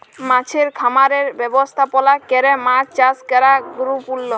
মাছের খামারের ব্যবস্থাপলা ক্যরে মাছ চাষ ক্যরা গুরুত্তপুর্ল